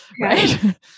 Right